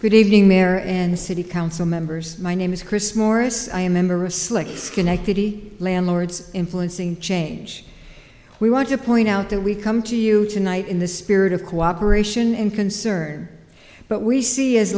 good evening mayor and the city council members my name is chris morris i remember a slick schenectady landlords influencing change we want to point out that we come to you tonight in the spirit of cooperation and concern but we see